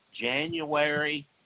January